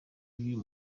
yuyu